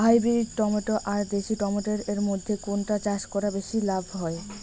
Hybrid tomato আর দেশি tomato এর মইধ্যে কোনটা চাষ করা বেশি লাভ হয়?